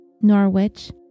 Norwich